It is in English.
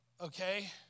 okay